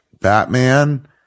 Batman